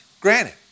granted